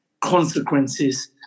consequences